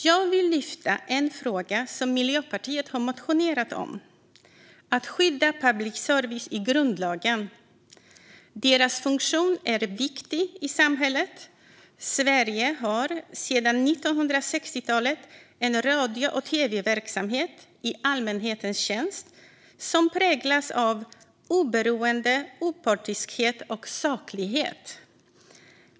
Jag vill ta upp en fråga som Miljöpartiet har motionerat om, nämligen att skydda public service i grundlagen. Dess funktion är viktig i samhället. Sverige har sedan 1960-talet en radio och tv-verksamhet i allmänhetens tjänst som präglas av oberoende, opartiskhet och saklighet.